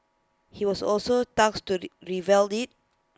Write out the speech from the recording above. he was also to revamp IT